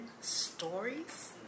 stories